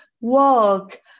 walk